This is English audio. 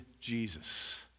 Jesus